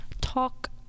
talk